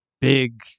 big